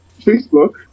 Facebook